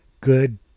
good